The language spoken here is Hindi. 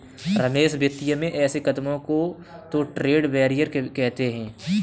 रमेश वित्तीय में ऐसे कदमों को तो ट्रेड बैरियर कहते हैं